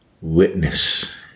witness